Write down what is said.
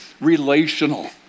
relational